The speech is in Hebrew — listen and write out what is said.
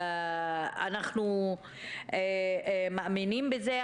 אנחנו מאמינים בזה.